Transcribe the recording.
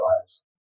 lives